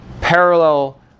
parallel